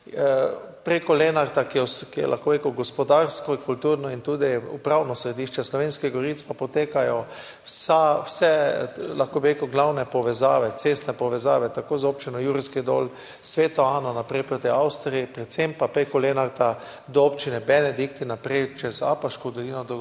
prek Lenarta, ki je, lahko bi rekel, gospodarsko, kulturno in tudi upravno središče Slovenskih goric, pa potekajo vse glavne cestne povezave, tako z Občino Jurovski Dol, Sveto Ano in naprej proti Avstriji, predvsem pa prek Lenarta do občine Benedikt in naprej čez Apaško dolino do